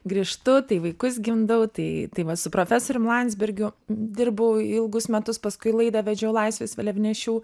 grįžtu tai vaikus gimdau tai tai va su profesorium landsbergiu dirbau ilgus metus paskui laidą vedžiau laisvės vėliavnešių